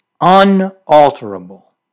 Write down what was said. unalterable